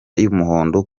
y’umuhondo